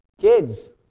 Kids